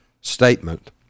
statement